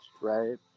right